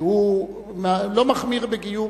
שהוא לא מחמיר בגיור,